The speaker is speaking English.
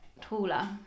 taller